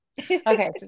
okay